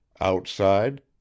Outside